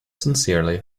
sincerely